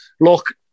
look